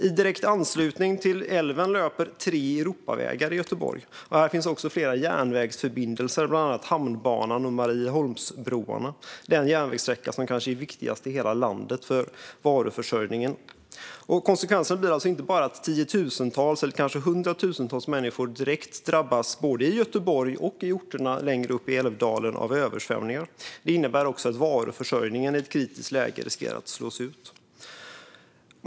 I direkt anslutning till älven löper tre Europavägar i Göteborg. Här finns också flera järnvägsförbindelser, bland annat Hamnbanan och Marieholmsbroarna. Det är den järnvägssträcka som kanske är viktigast i hela landet för varuförsörjningen. Konsekvensen blir inte bara att tiotusentals eller kanske hundratusentals människor direkt drabbas både i Göteborg och i orterna längre upp i älvdalen av översvämningar. Det innebär också att varuförsörjningen i ett kritiskt läge riskerar att slås ut.